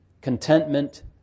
contentment